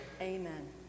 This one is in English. Amen